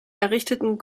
errichteten